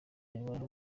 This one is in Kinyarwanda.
imibonano